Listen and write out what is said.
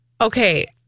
Okay